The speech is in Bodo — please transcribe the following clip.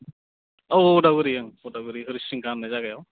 औ औ उदालगुरि आं उदालगुरि हरिसिंगा होन्नाय जायगायाव